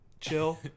chill